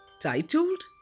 titled